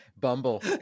Bumble